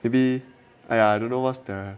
maybe !aiya! I don't know what's their